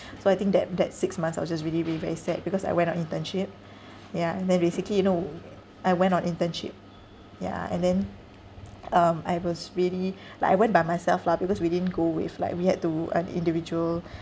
so I think that that six months I was just really really very sad because I went on internship ya and then basically you know I went on internship yeah and then um I was really like I went by myself lah because we didn't go with like we had to on individual